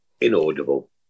inaudible